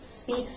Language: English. speaks